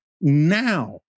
now